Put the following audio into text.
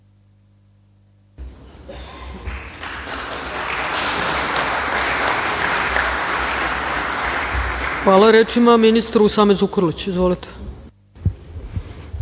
Hvala. Reč ima ministar Usame Zukorlić. Izvolite.